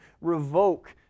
revoke